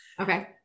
okay